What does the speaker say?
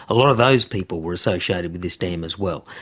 a lot of those people were associated with this dam as well.